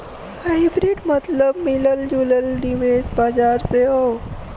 hybrid मतबल मिलल जुलल निवेश बाजार से हौ